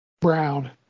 Brown